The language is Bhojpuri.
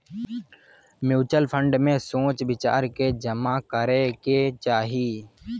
म्यूच्यूअल फंड में सोच विचार के जामा करे के चाही